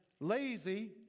lazy